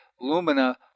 Lumina